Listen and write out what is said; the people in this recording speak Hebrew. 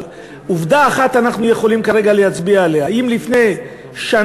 אבל על עובדה אחת אנחנו יכולים כרגע להצביע: אם לפני שנה,